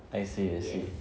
I see I see